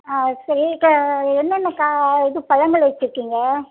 ஆ சரி இப்போ என்னென்ன க இது பழங்கள் வச்சுருக்கீங்க